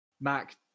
Mac